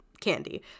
candy